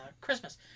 Christmas